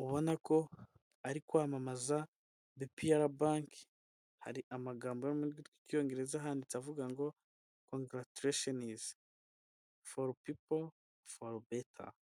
ubona ko ari kwamamaza bipiyara banki, hari amagambo yo mu rurimi rw'icyongereza handitse avuga ngo kongaratireshenizi foru pipo foru beta.